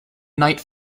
night